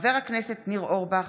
חבר הכנסת ניר אורבך,